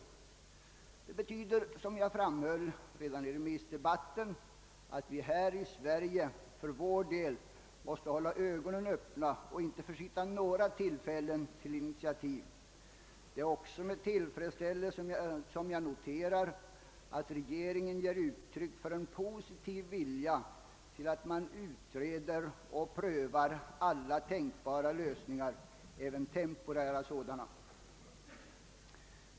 Detta betyder, som jag framhöll redan i remissdebatten, att vi här i Sverige för vår del måste hålla ögonen öppna och inte försitta några tillfällen till initiativ. Det är därför med tillfredsställelse som jag noterar att regeringen ger uttryck för en positiv vilja till att man utreder och prövar alla tänkbara lösningar, även temporära sådana.